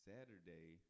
Saturday